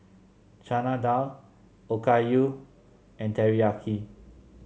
Chana Dal Okayu and Teriyaki